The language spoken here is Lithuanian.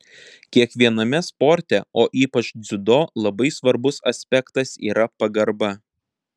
kiekviename sporte o ypač dziudo labai svarbus aspektas yra pagarba